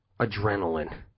adrenaline